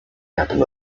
happen